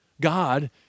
God